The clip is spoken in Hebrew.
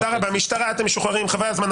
תודה רבה, המשטרה, אתם משוחררים, חבל על הזמן.